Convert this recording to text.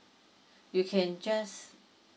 you can just